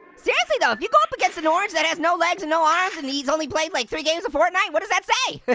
seriously though, if you go but an orange that has no legs and no arms and he's only played like three games of fortnite, what does that say?